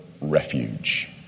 refuge